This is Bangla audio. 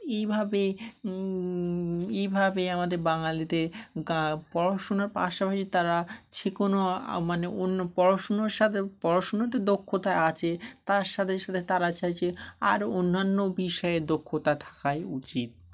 এইভাবে এইভাবে আমাদের বাঙালিদের গা পড়াশুনার পাশাপাশি তারা যে কোনো আ মানে অন্য পড়াশুনার সাথে পড়াশুনোতে দক্ষতা আছে তার সাথে সাথে তারা চাইছে আরও অন্যান্য বিষয়ে দক্ষতা থাকাই উচিত